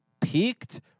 peaked